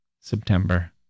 September